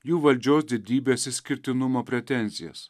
jų valdžios didybės išskirtinumo pretenzijas